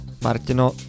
Martino